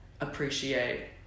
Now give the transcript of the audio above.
appreciate